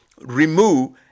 remove